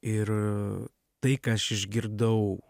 ir tai ką aš išgirdau